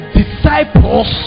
disciples